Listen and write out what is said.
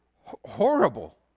horrible